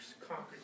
conquered